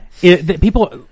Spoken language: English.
People